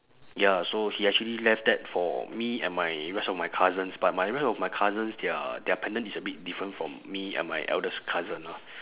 ya so he actually left that for me and my rest of my cousins but my rest of my cousins their their pendant is a bit different from me and my eldest cousin lor